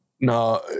No